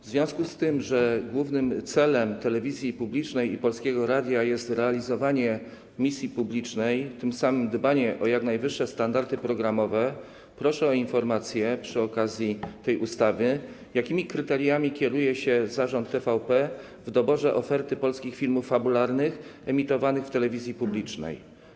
W związku z tym, że głównym celem telewizji publicznej i Polskiego Radia jest realizowanie misji publicznej, tym samym dbanie o jak najwyższe standardy programowe, proszę o informację przy okazji tej ustawy, jakimi kryteriami kieruje się Zarząd TVP w doborze oferty polskich filmów fabularnych emitowanych w telewizji publicznej.